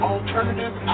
Alternative